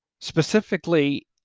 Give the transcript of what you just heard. specifically